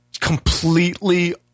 completely